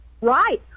right